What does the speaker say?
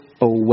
away